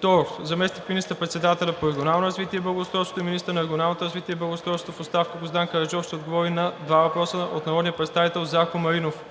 2. Заместник министър-председателят по регионалното развитие и благоустройството и министър на регионалното развитие и благоустройството в оставка Гроздан Караджов ще отговори на два въпроса от народния представител Зарко Маринов.